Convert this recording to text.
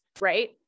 right